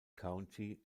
county